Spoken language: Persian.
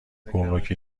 گمرک